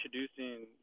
introducing